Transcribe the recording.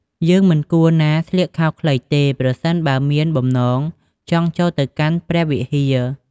យើងមិនគួរណាស្លៀកខោខ្លីទេ ប្រសិនបើមានបំណងចង់ចូលទៅកាន់ព្រះវិហារ។